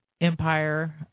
Empire